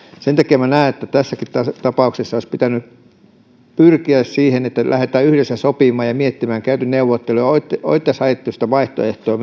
sen takia näen että tässäkin tapauksessa olisi pitänyt pyrkiä siihen että lähdetään yhdessä sopimaan ja miettimään käydään neuvotteluja oltaisiin haettu sitä vaihtoehtoa